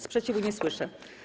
Sprzeciwu nie słyszę.